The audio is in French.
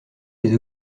les